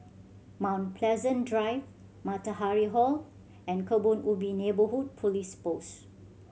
Mount Pleasant Drive Matahari Hall and Kebun Ubi Neighbourhood Police Post